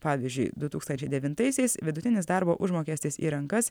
pavyzdžiui du tūkstančiai devintaisiais vidutinis darbo užmokestis į rankas